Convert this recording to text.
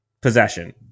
possession